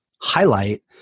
highlight